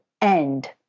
end